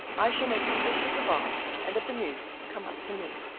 i shall make the fish of the waal and of the meuse come up to me.